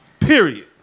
Period